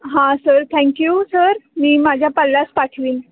हां sir thank you sir मी माझ्या पाल्यास पाठवीन